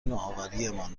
نوآوریمان